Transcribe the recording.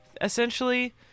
Essentially